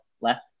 left